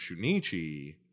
Shunichi